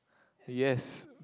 yes